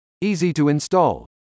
easy-to-install